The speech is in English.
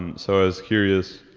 and so i was curious,